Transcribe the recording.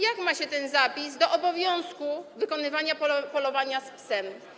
Jak ma się ten zapis do obowiązku wykonywania polowania z psem?